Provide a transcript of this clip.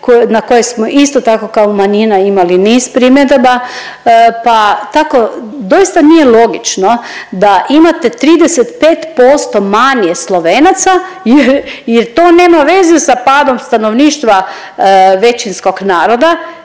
na koje smo isto tako kao manjina imali niz primjedaba pa tako doista nije logično da imate 35% manje Slovenaca jer, jer to nema veza sa padom stanovništva većinskog naroda